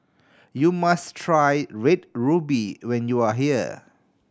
you must try Red Ruby when you are here